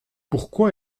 pourquoi